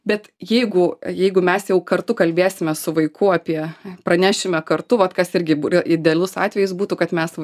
bet jeigu jeigu mes jau kartu kalbėsime su vaiku apie pranešime kartu vat kas irgi idealus atvejis būtų kad mes